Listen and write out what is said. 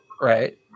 Right